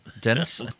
Dennis